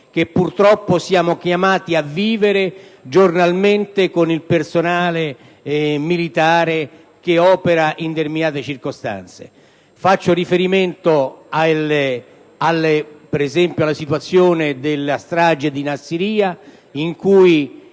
che purtroppo siamo chiamati a vivere giornalmente con il personale militare che opera in determinate circostanze. Mi riferisco, ad esempio, alla strage di Nassiriya, che